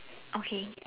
okay